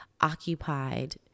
occupied